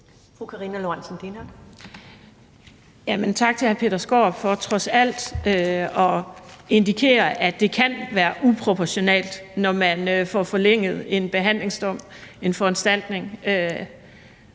Tak til hr. Peter Skaarup for trods alt at indikere, at det kan være uproportionalt, når man får forlænget en behandlingsdom, en foranstaltning,